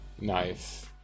Nice